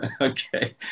Okay